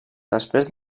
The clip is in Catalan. després